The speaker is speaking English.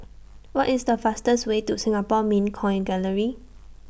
What IS The fastest Way to Singapore Mint Coin Gallery